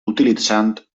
utilitzant